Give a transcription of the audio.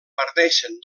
parteixen